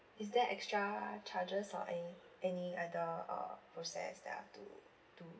is there extra charges or any any other uh process that I've to to